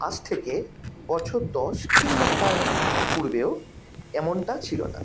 আজ থেকে বছর দশ কিংবা তার পূর্বেও এমনটা ছিল না